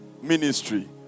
ministry